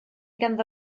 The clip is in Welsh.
ganddo